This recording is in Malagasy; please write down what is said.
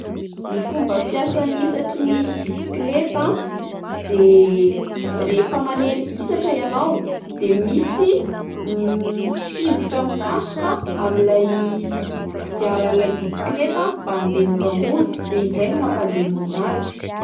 Ny fomba fiasan'ny hisatry ny bisikleta de rehefa manery hisatra ianao dia misy fingotra mikasoka amin'ilay kodiaran'ilay bisikleta mba andeha moramora, de izay no mampandeha mora azy.